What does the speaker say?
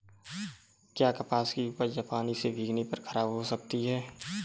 क्या कपास की उपज पानी से भीगने पर खराब हो सकती है?